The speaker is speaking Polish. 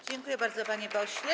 Dziękuję bardzo, panie pośle.